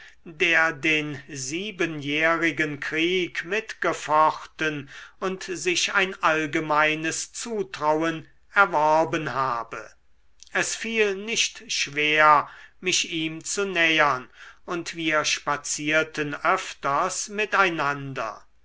der den siebenjährigen krieg mitgefochten und sich ein allgemeines zutrauen erworben habe es fiel nicht schwer mich ihm zu nähern und wir spazierten öfters miteinander